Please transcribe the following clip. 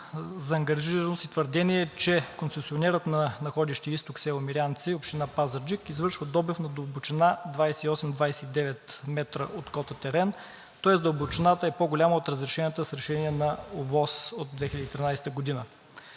заангажираност и твърдение, че концесионерът на находище „Изток“, село Мирянци, община Пазарджик извършва добив на дълбочина 28 – 29 метра от кота терен, тоест дълбочината е по-голяма от разрешената с решение на ОВОС от 2013 г.